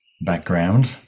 background